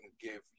give